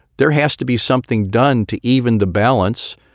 there has to be something done to even the balance.